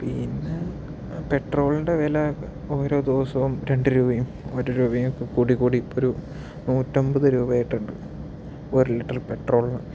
പിന്നെ പെട്രോളിൻ്റെ വില ഓരോ ദിവസവും രണ്ട് രൂപയും ഒരു രൂപയും ഒക്കെ കൂടി കൂടി ഇപ്പോൾ ഒരു നൂറ്റമ്പത് രൂപ ആയിട്ടുണ്ട് ഒരു ലിറ്റർ പെട്രോളിന്